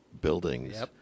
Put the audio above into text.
buildings